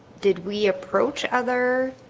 did we approach other?